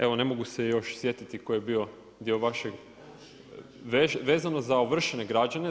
Evo ne mogu se još sjetiti tko je bio dio vašeg, vezano za ovršene građane.